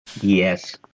yes